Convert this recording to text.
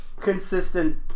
consistent